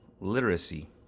literacy